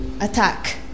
attack